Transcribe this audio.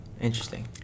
Interesting